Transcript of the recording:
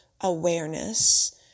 awareness